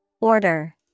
Order